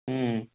হুম